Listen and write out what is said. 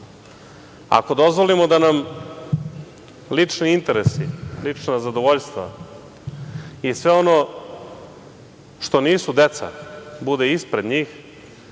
Ako dozvolimo da nam lični interesi, lična zadovoljstva i sve ono što nisu deca bude ispred njih,